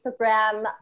Instagram